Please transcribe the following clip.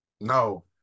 No